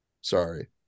Sorry